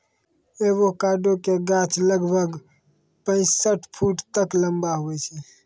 avocado के गाछ लगभग पैंसठ फुट तक लंबा हुवै छै